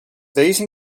these